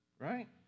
right